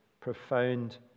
profound